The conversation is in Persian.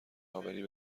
آوری